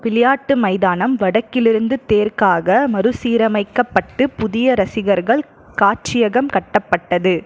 விளையாட்டு மைதானம் வடக்கிலிருந்து தெற்காக மறுசீரமைக்கப்பட்டு புதிய ரசிகர்கள் காட்சியகம் கட்டப்பட்டது